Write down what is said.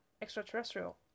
Extraterrestrial